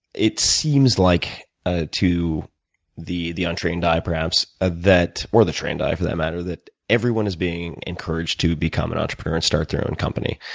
it seems like, ah to the the untrained eye, perhaps ah or the trained eye, for that matter that everyone is being encouraged to become an entrepreneur and start their own company.